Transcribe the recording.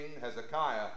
Hezekiah